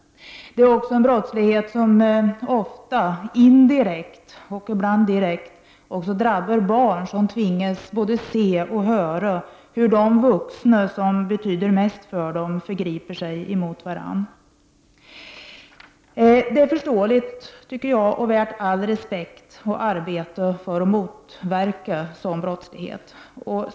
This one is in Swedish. Det är också en brotts lighet som ofta indirekt och ibland även direkt drabbar barn, som tvingas se och höra hur de vuxna som betyder mest för dem förgriper sig mot varandra. Det arbete som bedrivs för att motverka sådan brottslighet är värt all respekt.